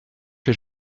que